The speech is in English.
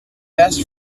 best